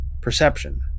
Perception